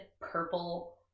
purple